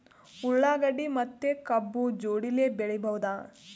ಉಳ್ಳಾಗಡ್ಡಿ ಮತ್ತೆ ಕಬ್ಬು ಜೋಡಿಲೆ ಬೆಳಿ ಬಹುದಾ?